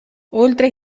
oltre